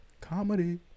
Comedy